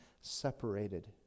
Separated